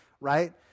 right